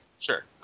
Sure